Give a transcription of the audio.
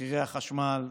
מחירי החשמל,